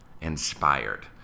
inspired